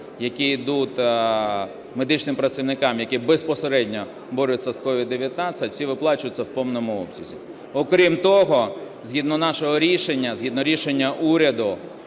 які ідуть медичним працівникам, які безпосередньо борються з COVID-19, всі виплачуються в повному обсязі. Окрім того, згідно нашого рішення, згідно рішення уряду